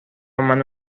منو